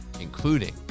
including